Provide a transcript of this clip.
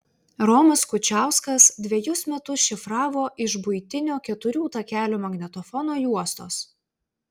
romas kučiauskas dvejus metus šifravo iš buitinio keturių takelių magnetofono juostos